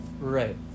Right